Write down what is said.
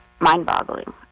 mind-boggling